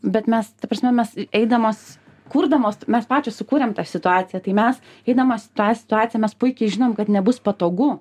bet mes ta prasme mes eidamos kurdamos mes pačios sukūrėm tą situaciją tai mes eidamos į tą situaciją mes puikiai žinom kad nebus patogu